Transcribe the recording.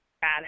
bad